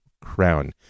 crown